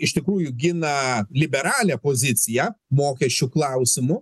iš tikrųjų gina liberalią poziciją mokesčių klausimu